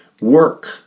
Work